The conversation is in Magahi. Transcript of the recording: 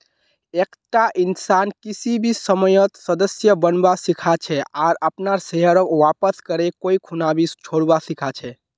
एकता इंसान किसी भी समयेत सदस्य बनवा सीखा छे आर अपनार शेयरक वापस करे कोई खूना भी छोरवा सीखा छै